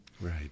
Right